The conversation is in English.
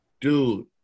dude